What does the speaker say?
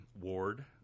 ward